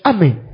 Amen